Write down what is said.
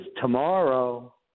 tomorrow